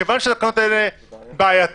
מכיוון שהתקנות האלה בעייתיות,